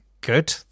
Good